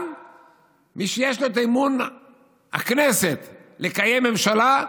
גם מי שיש לו את אמון הכנסת לקיים ממשלה,